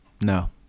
No